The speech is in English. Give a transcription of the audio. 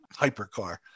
hypercar